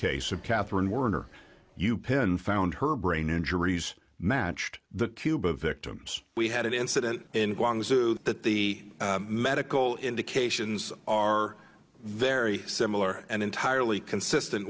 case of catherine werner you pin found her brain injuries matched the cuba victims we had incident in that the medical indications are very similar and entirely consistent